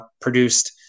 produced